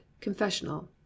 confessional